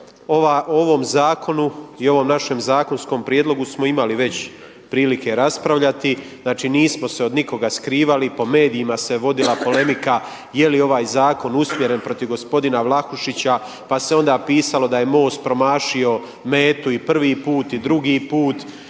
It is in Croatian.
ovom zakonu i ovom našem zakonskom prijedlogu smo imali već prilike raspravljati, znači nismo se od nikoga skrivali, po medijima se vodila polemika je li ovaj zakon usmjeren protiv gospodina Vlahušića, pa se onda pisalo da je MOST promašio metu i prvi put, i drugi put